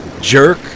jerk